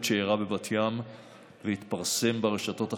שאירע בבת ים והתפרסם ברשתות החברתיות.